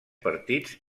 partits